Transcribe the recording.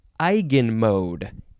eigenmode